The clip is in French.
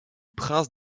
prince